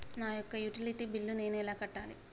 నా యొక్క utility bill నేను ఎలా కట్టాలి?